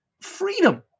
freedom